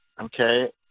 okay